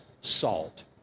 salt